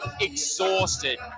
exhausted